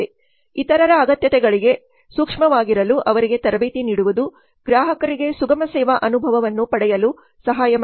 ಇತರರ ಅಗತ್ಯತೆಗಳಿಗೆ ಸೂಕ್ಷ್ಮವಾಗಿರಲು ಅವರಿಗೆ ತರಬೇತಿ ನೀಡುವುದು ಗ್ರಾಹಕರಿಗೆ ಸುಗಮ ಸೇವಾ ಅನುಭವವನ್ನು ಪಡೆಯಲು ಸಹಾಯ ಮಾಡುತ್ತದೆ